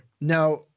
Now